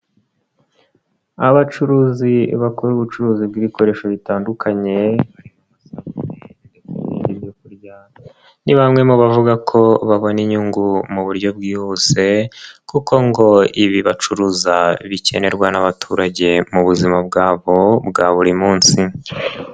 Abacuruzi bakora ubucuruzi bw'ibikoresho bitandukanye, harimo amasabune ndetse n'ibiryo byo kurya, ni bamwe mu bavuga ko babona inyungu mu buryo bwihuse kuko ngo ibi bacuruza, bikenerwa n'abaturage mu buzima bwabo, bwa buri munsi.